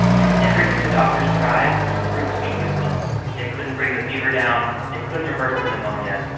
and everything the doctors tried just proved to be useless. they couldn't bring the fever down. they couldn't reverse the pneumonia.